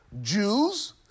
Jews